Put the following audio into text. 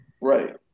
Right